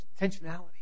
intentionality